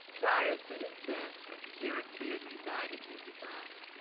prior to his death, derrick beard resided in dubai,